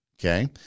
okay